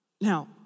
Now